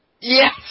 Yes